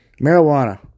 Marijuana